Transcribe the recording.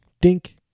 dink